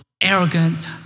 arrogant